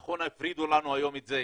נכון, הפרידו לנו היום את זה.